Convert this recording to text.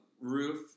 roof